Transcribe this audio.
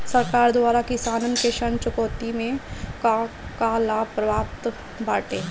सरकार द्वारा किसानन के ऋण चुकौती में का का लाभ प्राप्त बाटे?